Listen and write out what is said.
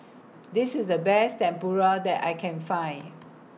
This IS The Best Tempura that I Can Find